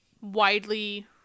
widely